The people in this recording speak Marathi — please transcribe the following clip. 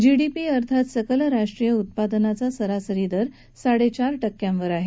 जीडीपी अर्थात सकल राष्ट्रीय उत्पादनाचा सरासरी दर साडेचार टक्क्यावर आहे